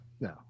No